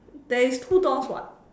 there is two doors [what]